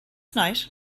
knight